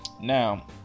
Now